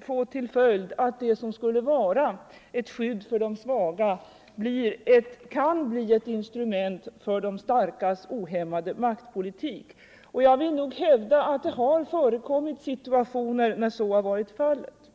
få till följd att det som skulle vara ett skydd för de svaga i stället blir ett instrument för de starkas ohämmade maktpolitik. Jag vill hävda att det förekommit situationer när så har varit fallet.